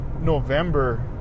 November